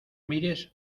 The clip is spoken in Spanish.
mires